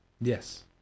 yes